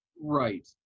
Right